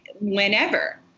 whenever